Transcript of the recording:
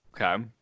Okay